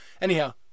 anyhow